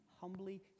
humbly